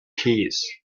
keys